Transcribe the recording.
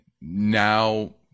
now